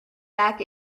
back